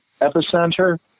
Epicenter